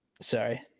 Sorry